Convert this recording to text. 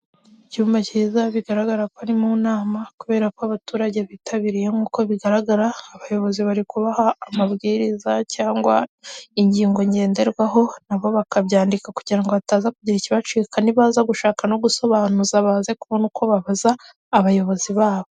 Umuhanda urimo imodoka y'ubururu itwaye amabati hari umuntu uri kuri yo modoka itwaye ibati hari moto itwaye umugenzi ndetse kuruhande rwe hepfo har' umusore ufite ikote ku rutugu ndetse hari nundi mugenzi uri kugenda muruhande rumwe n'imodoka inyuma ye hari igare hepfo hari ahantu bubatse hameze nk'ahantu bari kubaka hari ibiti by'icyatsi.